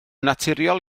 naturiol